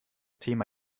thema